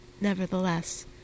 nevertheless